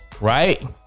Right